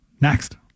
Next